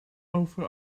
over